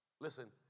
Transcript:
Listen